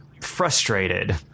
frustrated